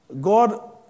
God